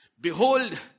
Behold